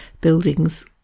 buildings